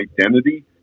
identity